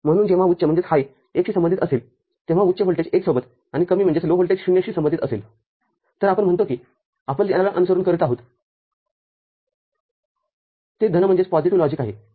म्हणून जेव्हा उच्च १ शी संबंधित असेलतेव्हा उच्च व्होल्टेज १ सोबत आणि कमी व्होल्टेज ० शी संबंधित असेलतर आपण म्हणतो की आपण ज्याला अनुसरण करीत आहोत ते धन लॉजिकआहे